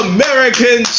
American